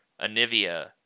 Anivia